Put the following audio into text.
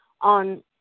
on